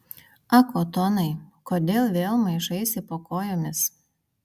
ak otonai kodėl vėl maišaisi po kojomis